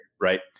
right